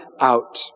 out